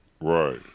right